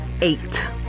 eight